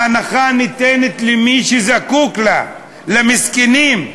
ההנחה ניתנת למי שזקוק לה, למסכנים,